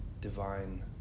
divine